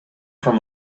from